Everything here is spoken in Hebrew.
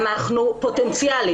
בפוטנציאל,